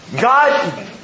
God